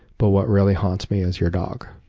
but what really haunts me is your dog.